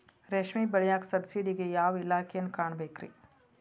ರೇಷ್ಮಿ ಬೆಳಿಯಾಕ ಸಬ್ಸಿಡಿಗೆ ಯಾವ ಇಲಾಖೆನ ಕಾಣಬೇಕ್ರೇ?